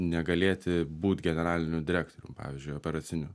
negalėti būt generaliniu direktorium pavyzdžiui operaciniu